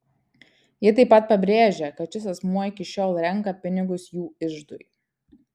ji taip pat pabrėžė kad šis asmuo iki šiol renka pinigus jų iždui